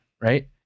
right